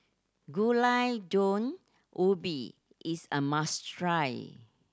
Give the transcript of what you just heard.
Gulai Daun Ubi is a must try